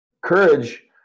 Courage